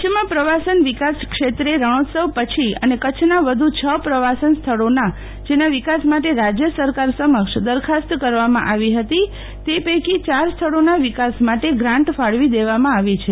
કરછમાં પ્રવાસન વિકાસ ક્ષેત્રે રણોત્સવ પછી અને કરછના વધુ ક પ્રવાસન સ્થળોનાં જેના વિકાસ માટે રાજ્ય સરકાર સમક્ષ દરખાસ્ત કરવામાં આવી હતી તે પૈકી યાર સ્થળોનાં વિકાસ માટે ગ્રાન્ટ ફાળવી દેવામાં આવી છે